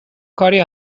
کاری